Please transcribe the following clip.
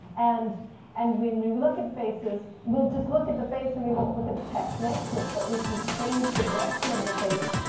and and when we we look at faces, we'll just look at the face, and we won't look at the text next to it, but we can change the direction of the face,